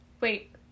wait